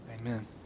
Amen